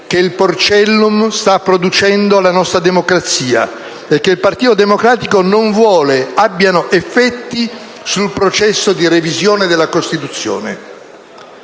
che il "porcellum" sta producendo alla nostra democrazia e che il Partito Democratico non vuole abbiano effetti sul processo di revisione della Costituzione.